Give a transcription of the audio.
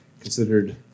considered